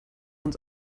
uns